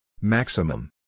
Maximum